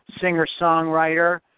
singer-songwriter